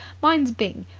mine's byng.